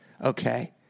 Okay